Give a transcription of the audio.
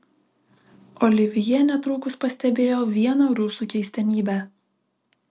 olivjė netrukus pastebėjo vieną rusų keistenybę